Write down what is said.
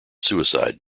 suicide